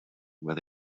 where